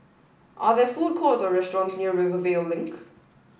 are there food courts or restaurants near Rivervale Link